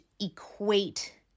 equate